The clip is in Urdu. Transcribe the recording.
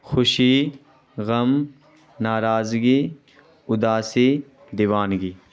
خوشی غم ناراضگی اداسی دیوانگی